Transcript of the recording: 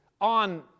on